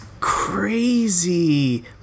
crazy